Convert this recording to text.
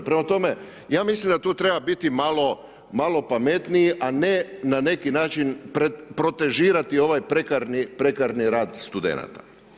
Prema tome, ja mislim da tu treba biti malo pametniji a ne na neki način protežirati ovaj prekardni rad studenata.